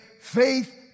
faith